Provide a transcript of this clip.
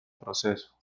proceso